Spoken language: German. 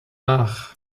nach